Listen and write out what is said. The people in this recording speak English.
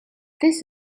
this